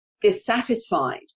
dissatisfied